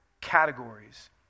categories